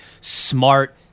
smart